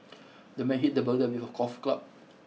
the man hit the burglar with a golf club